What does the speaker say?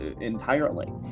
entirely